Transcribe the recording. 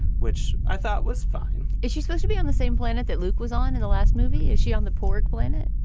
which i thought was fine is she supposed to be on the same planet that luke was on in the last movie? is she on the poor planet?